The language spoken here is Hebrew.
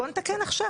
בוא נתקן עכשיו.